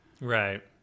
Right